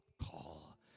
call